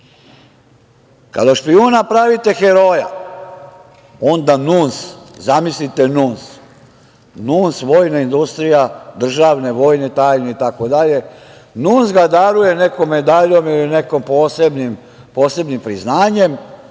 od špijuna pravite heroja, onda NUNS, zamislite NUNS, NUNS, vojna industrija, državne vojne tajne itd, NUNS ga daruje nekom medaljom ili nekim posebnim priznanjem